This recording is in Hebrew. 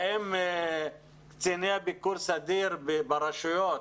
האם קציני הביקור סדיר ברשויות,